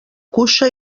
cuixa